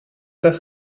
das